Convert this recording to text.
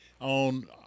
On